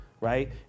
right